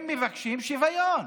הם מבקשים שוויון,